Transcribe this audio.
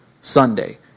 Sunday